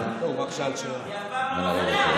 סיימת.